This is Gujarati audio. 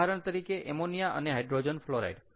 ઉદાહરણ તરીકે એમોનિયા અને હાઈડ્રોજન ફ્લોરાઈડ